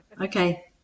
Okay